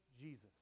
Jesus